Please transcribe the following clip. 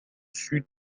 sud